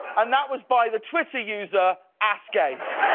and that was by the twitter user ass gaze,